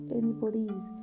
anybody's